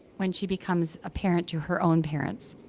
when she becomes a parent to her own parents.